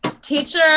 teacher